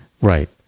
Right